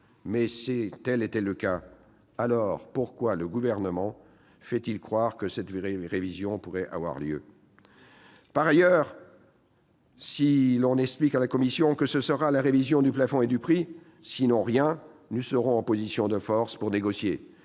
Si tel était le cas, pourquoi le Gouvernement fait-il croire que cette révision pourrait avoir lieu ? Très bien ! Par ailleurs, si l'on explique à la Commission que ce sera la révision du plafond et du prix sinon rien, nous serons en position de force pour négocier,